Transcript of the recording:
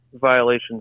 violations